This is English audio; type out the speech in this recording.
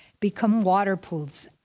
become water pools.